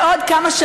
בעוד כמה,